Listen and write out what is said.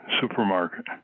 supermarket